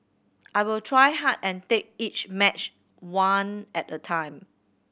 I will try hard and take each match one at a time